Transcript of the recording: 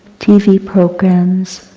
tv programs,